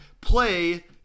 play